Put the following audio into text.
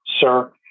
sir